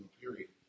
period